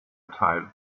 teil